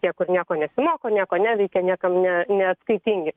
niekur nieko nesimoko nieko neveikia niekam ne neatskaitingi